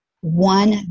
one